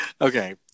Okay